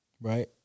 Right